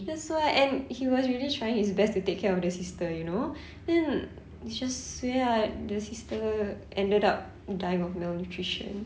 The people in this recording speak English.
that's why and he was really trying his best to take care of the sister you know then it's just suay ah the sister ended up dying of malnutrition